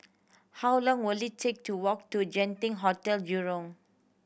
how long will it take to walk to Genting Hotel Jurong